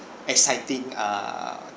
exciting err